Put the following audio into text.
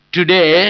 Today